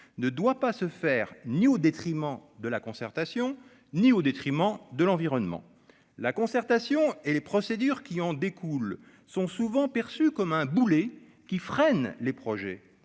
ne doit pas se faire ni au détriment de la concertation, ni au détriment de l'environnement, la concertation et les procédures qui en découlent sont souvent perçus comme un boulet qui freine les projets